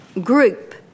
group